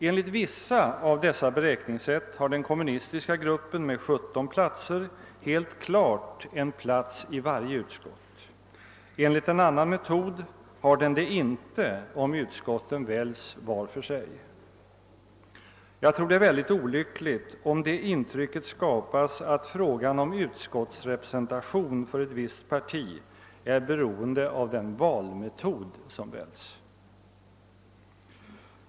Enligt vissa av dessa beräkningssätt har den kommunistiska gruppen med 17 platser helt klart en plats i varje utskott, enligt en annan metod har den det inte, om utskotten väljs var för sig. Jag tror det är väldigt olyckligt, om det intrycket skapas att frågan om utskottsrepresentation för ett visst parti är beroende av den valmetod som tillämpas.